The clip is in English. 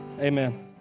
amen